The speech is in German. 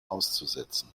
auszusetzen